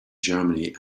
germany